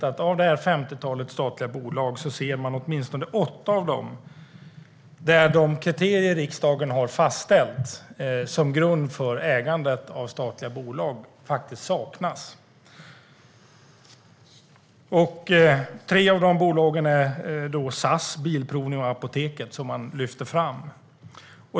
Av det femtiotalet statliga bolag saknas hos åtminstone åtta av dem de kriterier riksdagen har fastställt som grund för ägandet av statliga bolag. Tre av bolagen är SAS, Bilprovningen och Apoteket. Herr talman!